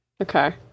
Okay